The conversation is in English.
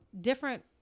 different